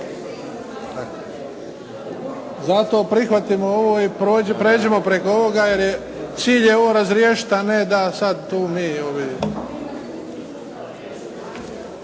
Zato prihvatimo ovo i pređimo preko ovoga jer cilj ej ovo razriješit, a ne da sad tu mi…